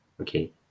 okay